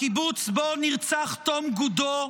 הקיבוץ שבו נרצח תום גודו,